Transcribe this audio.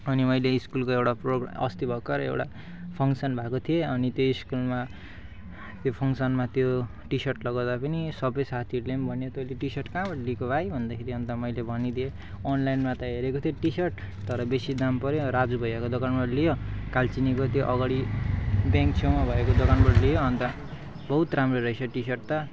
अनि मैले स्कुलको एउटा प्रोग्र अस्ति भर्खरै एउटा फङ्सन भएको थियो अनि त्यही स्कुलमा त्यो फङ्सनमा त्यो टिसर्ट लगाउँदा पनि सबै साथीहरूले पनि भन्यो तैँले टिसर्ट कहाँबाट लिएको भाइ भन्दाखेरि अन्त मैले भनिदिएँ अनलाइनमा त हेरेको थिएँ टिसर्ट तर बेसी दाम पर्यो राजु भैयाको दोकानबाट लियो कालचिनीको त्यो अगाडि ब्याङ्क छेउमा भएको दोकानबाट लियो अन्त बहुत राम्रो रहेछ टिसर्ट त